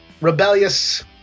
rebellious